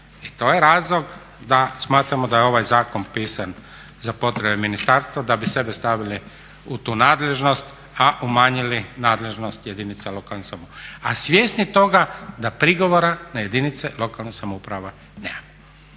I to je razlog da smatramo da je ovaj zakon pisan za potrebe ministarstva da bi sebe stavili u tu nadležnost, a umanjili nadležnost jedinica lokalne samouprave. A svjesni toga da prigovora na jedinice lokalne samouprave nema.